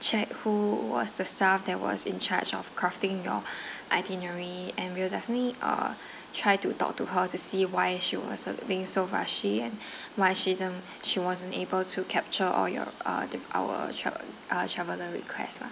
check who was the staff that was in charge of crafting your itinerary and we'll definitely uh try to talk to her to see why she was uh being so rushy why she didn't she wasn't able to capture all your uh our travel~ uh traveller request lah